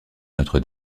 notre